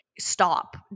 stop